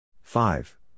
Five